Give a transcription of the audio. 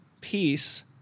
peace